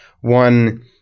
one